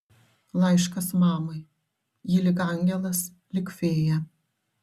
laiškas mamai ji lyg angelas lyg fėja